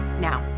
now,